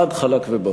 חד, חלק וברור.